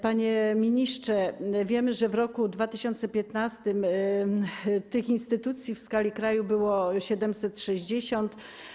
Panie ministrze, wiemy, że w roku 2015 tych instytucji w skali kraju było 760.